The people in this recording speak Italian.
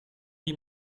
dei